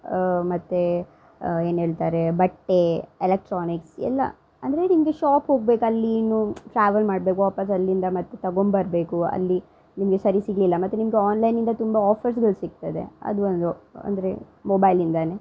ಮತ್ತು ಏನು ಹೇಳ್ತಾರೆ ಬಟ್ಟೆ ಎಲೆಕ್ಟ್ರಾನಿಕ್ಸ್ ಎಲ್ಲಾ ಅಂದರೆ ನಿಮಗೆ ಶಾಪ್ ಹೋಗ್ಬೇಕು ಅಲ್ಲಿ ಏನು ಟ್ರಾವೆಲ್ ಮಾಡ್ಬೇಕು ವಾಪಸ್ ಅಲ್ಲಿಂದ ಮತ್ತು ತಗೊಂಬರಬೇಕು ಅಲ್ಲಿ ನಿಮಗೆ ಸರಿ ಸಿಗಲಿಲ್ಲ ಮತ್ತು ನಿಮಗೆ ಆನ್ಲೈನಿಂದ ತುಂಬ ಆಫರ್ಸ್ಗಳು ಸಿಗ್ತದೆ ಅದು ಒಂದು ಅಂದರೆ ಮೊಬೈಲಿಂದಾ